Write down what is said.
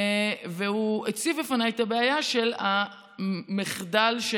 והוא הציב בפניי את הבעיה שבמחדל של